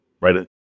right